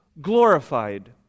glorified